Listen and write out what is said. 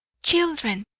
children!